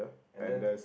and then